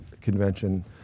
Convention